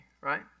right